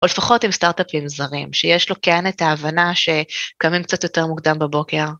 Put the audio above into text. או לפחות עם סטארט-אפים זרים, שיש לו כן את ההבנה שקמים קצת יותר מוקדם בבוקר.